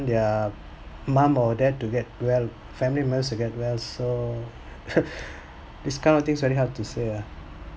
their mum or dad to get well family members to get well so this kind of things very hard to say ah